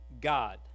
God